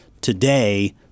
today